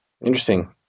Interesting